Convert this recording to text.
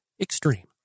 Extreme